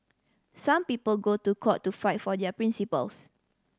some people go to court to fight for their principles